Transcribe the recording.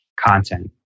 content